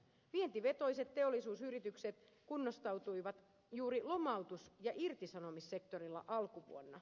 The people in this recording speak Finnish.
vientivetoiset teollisuusyritykset kunnostautuivat juuri lomautus ja irtisanomissektorilla alkuvuonna